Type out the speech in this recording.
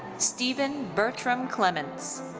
steven bertram clements.